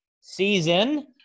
season